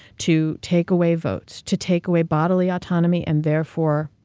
to take away votes. to take away bodily autonomy and therefore,